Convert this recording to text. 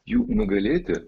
jų nugalėti